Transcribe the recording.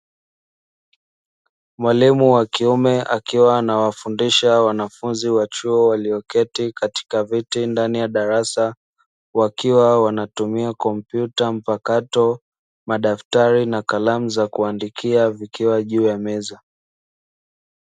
Mwalimu wa kiume akiwa anawafundisha wanafunzi wa chuo walioketi katika viti katika darasa wakiwa wanatumia kompyuta mpakato, madaftari na kalamu za kuandikia vikiwa juu ya meza.